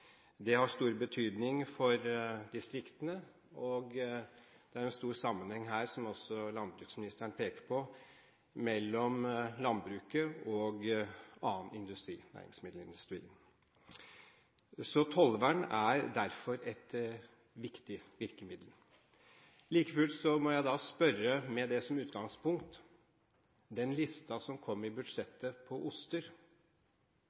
Det har stor betydning for distriktene, og det er en stor sammenheng her – som også landbruksministeren peker på – mellom landbruket og annen industri: næringsmiddelindustrien. Tollvern er derfor et viktig virkemiddel. Like fullt må jeg spørre, med det som utgangspunkt: Den listen på oster som kom i